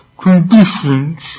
conditions